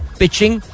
pitching